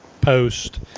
post